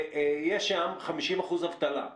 ויש שם 50% אבטלה.